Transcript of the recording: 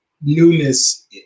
newness